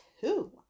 two